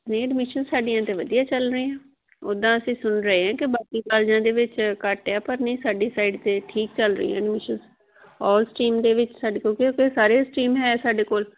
ਨਹੀਂ ਐਡਮਿਸ਼ਨਸ ਸਾਡੀਆਂ ਤਾਂ ਵਧੀਆ ਚੱਲ ਰਹੀਆਂ ਉੱਦਾਂ ਅਸੀਂ ਸੁਣ ਰਹੇ ਹੈ ਕਿ ਬਾਕੀ ਕਾਲਜਾਂ ਦੇ ਵਿੱਚ ਘੱਟ ਕਿ ਪਰ ਨਹੀਂ ਸਾਡੀ ਸਾਈਡ 'ਤੇ ਠੀਕ ਚੱਲ ਰਹੀਆਂ ਐਡਮਿਸ਼ਨਸ ਔਲ ਸਟ੍ਰੀਮ ਦੇ ਵਿੱਚ ਸਾਡੇ ਕੋਲ ਕਿਉਂਕਿ ਸਾਰੇ ਸਟ੍ਰੀਮਸ ਹੈ ਸਾਡੇ ਕੋਲ